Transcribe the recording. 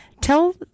Tell